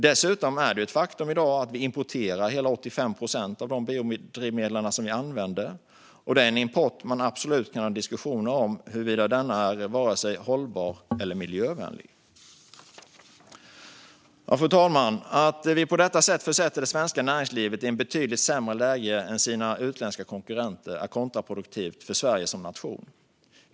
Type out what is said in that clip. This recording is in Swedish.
Dessutom är det ett faktum att vi i dag importerar hela 85 procent av de biodrivmedel som vi använder. Det är en import man absolut kan ha diskussioner om när det gäller huruvida den varken är hållbar eller miljövänlig. Fru talman! Att vi på detta sätt försätter det svenska näringslivet i ett betydligt sämre läge än dess utländska konkurrenter är kontraproduktivt för Sverige som nation.